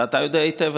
ואתה יודע היטב,